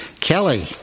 Kelly